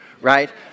right